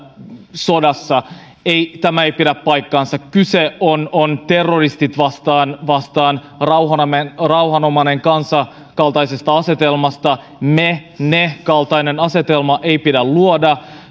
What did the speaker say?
sodassa ei tämä ei pidä paikkaansa kyse on on terroristit vastaan vastaan rauhanomainen kansa kaltaisesta asetelmasta me ne kaltaista asetelmaa ei pidä luoda